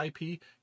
IP